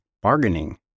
Bargaining